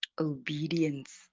obedience